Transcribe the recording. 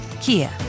Kia